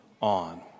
on